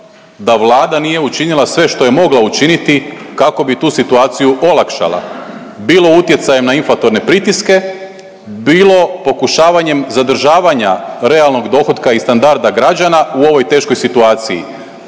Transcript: da Vlada nije učinila sve što je mogla učiniti kako bi tu situaciju olakšala, bilo utjecajem na inflatorne pritiske, bilo pokušavanjem zadržavanja realnog dohotka i standarda građana u ovoj teškoj situaciji.